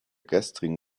gestrigen